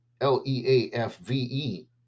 l-e-a-f-v-e